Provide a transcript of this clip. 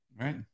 Right